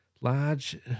Large